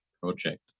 project